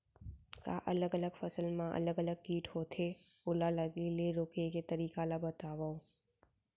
का अलग अलग फसल मा अलग अलग किट होथे, ओला लगे ले रोके के तरीका ला बतावव?